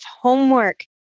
homework